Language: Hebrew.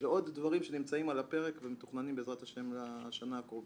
ועוד דברים שנמצאים על הפרק ומתוכננים בעזרת השם לשנה הקרובה.